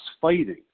fighting